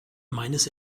meines